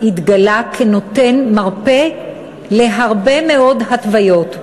התגלה כנותן מרפא להרבה מאוד התוויות,